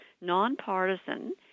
nonpartisan